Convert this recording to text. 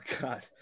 God